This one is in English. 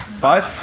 Five